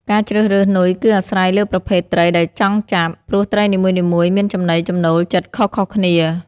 ការជ្រើសរើសនុយគឺអាស្រ័យលើប្រភេទត្រីដែលចង់ចាប់ ព្រោះត្រីនីមួយៗមានចំណីចំណូលចិត្តខុសៗគ្នា។